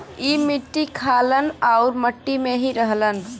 ई मट्टी खालन आउर मट्टी में ही रहलन